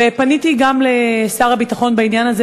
פניתי גם אל שר הביטחון בעניין הזה,